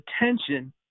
attention